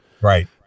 Right